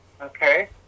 okay